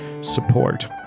support